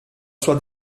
sua